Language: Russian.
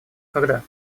когда